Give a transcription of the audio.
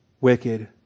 wicked